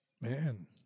Man